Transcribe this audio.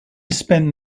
spent